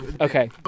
Okay